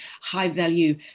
high-value